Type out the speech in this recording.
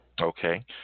Okay